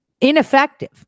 Ineffective